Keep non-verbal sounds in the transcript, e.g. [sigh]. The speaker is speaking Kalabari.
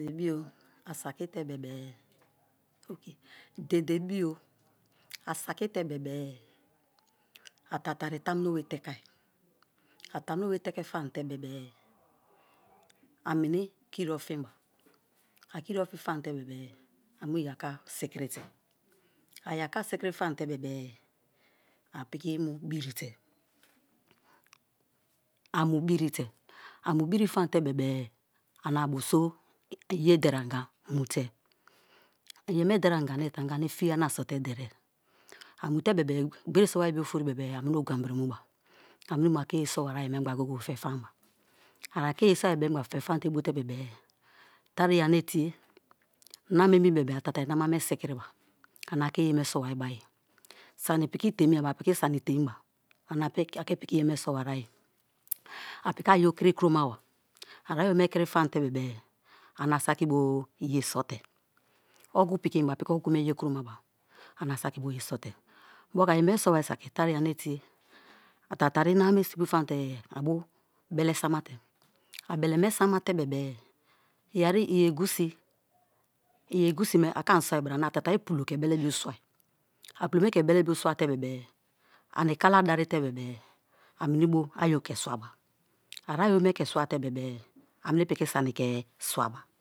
Dede bio asakite bebe [unintelligible] dede bio asaki te bebe-e a tatari tamuno be teke a tamunobe teke fam te bebe, a meni kiri ofinba a kiri ofiri famate bebe-e a mu iyaka sikiri ba, a iyaka sikiri famate bebe-e a piki mu birite a mu biri famate bebe-e ane a bo so ye deri anga mute, a yeme deribo anga ane tanga, fiyi ane asote derie a mute bebe-e gberiso wari bio ofori bebe-e a meni oganbiri mu ba a meni mu ake ye sowa ayi mengba goye-goye fe famaba, a ake ye soiye mengba fefamate bote-e, teriye ane tiye, nama emi bebe-e a tari namame sikiwa ane ake yeme sobai bo ayi sani piki temiebe-e a piri sani temiba ane a piki ayo kiri kromaba a ayo me kiri famate bebe-e ane a piki ogu me ye kromaba ane asaki boye sote, moku ayeme sowa saki tari ye ane tie a tatari nama me steam famate-e a bo bele sama a beleme samate bebe-e yeri i egusi, i egusime a ke ani soi bra a tatari pulo ke bele bio swa a pulome ke belebo swate-e ani kala darite bebe a meni bo ayo ke swaba, a ayo me ke swate bebe ameni piki sani ke swaba.